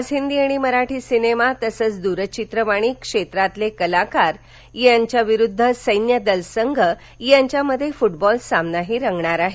आज हिंदी आणि मराठी सिनेमा तसंच द्रचित्रवाणी क्षेत्रातील कलाकार विरुद्ध सैन्यदल संघ यांच्यात फुटबॉल सामनाही रंगणार आहे